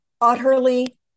utterly